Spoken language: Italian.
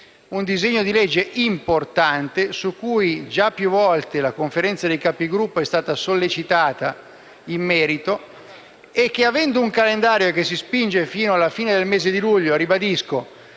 un disegno di legge importante, su cui già più volte la Conferenza dei Capigruppo è stata sollecitata. Avendo un calendario che si spinge fino alla fine del mese di luglio, ribadisco,